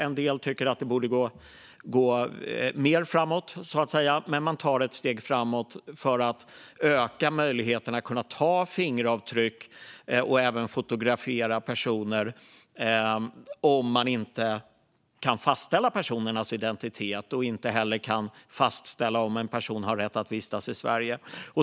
En del tycker att det borde gå mer framåt, men det är i alla fall ett steg framåt för att öka möjligheten att ta fingeravtryck och även fotografera personer om man inte kan fastställa personernas identitet och inte heller kan fastställa om de har rätt att vistas i Sverige.